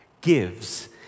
gives